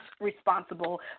responsible